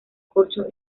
corcho